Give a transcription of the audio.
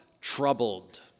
troubled